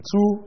Two